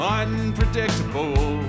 unpredictable